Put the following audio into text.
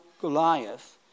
Goliath